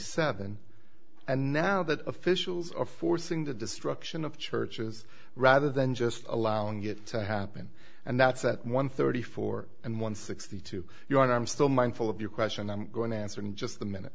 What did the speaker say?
seven and now that officials are forcing the destruction of churches rather than just allowing it to happen and that's at one thirty four and one sixty two you're on i'm still mindful of your question i'm going to answer in just a minute